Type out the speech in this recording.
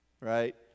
right